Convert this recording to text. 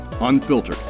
unfiltered